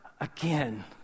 again